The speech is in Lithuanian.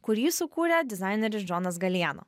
kurį sukūrė dizaineris džonas galijano